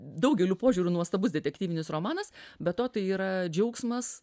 daugeliu požiūriu nuostabus detektyvinis romanas be to tai yra džiaugsmas